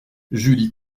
julie